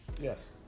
Yes